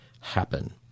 happen